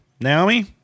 Naomi